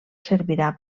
servirà